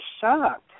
shocked